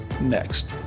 next